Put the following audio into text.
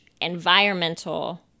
environmental